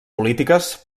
polítiques